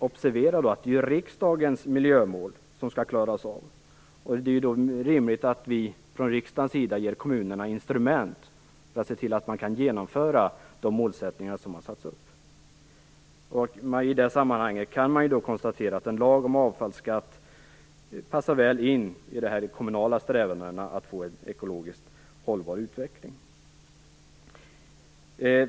Observera att det är riksdagens miljömål som skall klaras av. Det är då rimligt att vi från riksdagens sida ger kommunerna instrument för att se till att man kan genomföra de mål som har satts upp. I det sammanhanget kan man konstatera att lag om avfallsskatt passar väl in i de kommunala strävandena att få en ekologiskt hållbar utveckling.